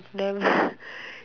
lamb